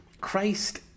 Christ